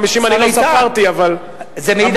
250. אני לא ספרתי, אבל המון.